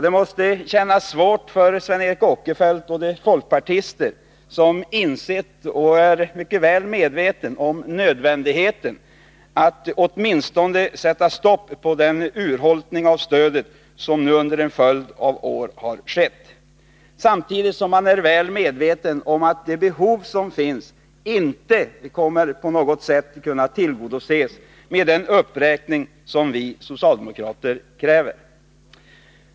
Det måste kännas svårt för Sven Eric Åkerfeldt och de folkpartister som insett och är väl medvetna om nödvändigheten av att åtminstone sätta stopp för den urholkning av stödet som nu under en följd av år har skett — samtidigt som man är väl medveten om att det behov som finns inte kommer att på något sätt kunna tillgodoses med den uppräkning som vi socialdemokrater kräver.